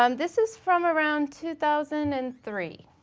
um this is from around two thousand and three.